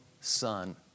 son